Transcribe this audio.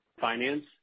finance